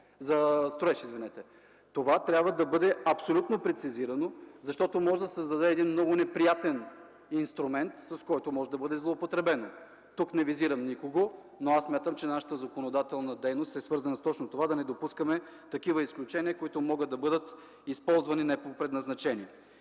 за строеж. Това трябва да бъде абсолютно прецизирано, защото може да създаде един много неприятен инструмент, с който може да бъде злоупотребено. Тук не визирам никого, но аз смятам, че нашата законодателна дейност е свързана с това да не допускаме такива изключения, които могат да бъдат използвани не по предназначение.